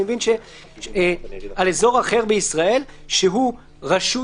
אני מבין ש"על אזור אחר בישראל שהוא רשות